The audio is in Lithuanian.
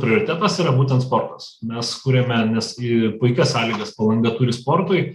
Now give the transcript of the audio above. prioritetas yra būtent sportas mes kuriame nes į puikias sąlygas palanga turi sportui